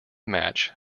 match